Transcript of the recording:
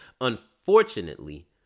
Unfortunately